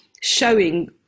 showing